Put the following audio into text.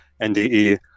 NDE